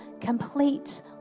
complete